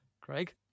Craig